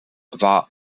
war